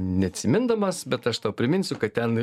neatsimindamas bet aš tau priminsiu kad ten